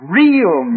real